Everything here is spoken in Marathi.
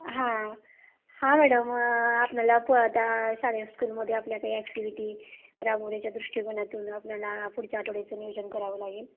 हां हां मॅडम आपणाला पहा शाळे स्कूलमध्ये आपल्या काही ॲक्टिव्हिटी राबवण्याच्या दृष्टीकोनातून आपणाला पुढच्या आठवड्याचं नियोजन करावं लागेल